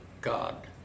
god